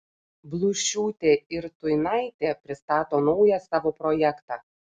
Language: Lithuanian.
blūšiūtė ir tuinaitė pristato naują savo projektą